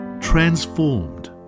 transformed